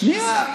שנייה.